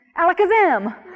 alakazam